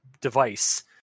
device